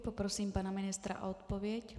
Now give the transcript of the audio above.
Poprosím pana ministra o odpověď.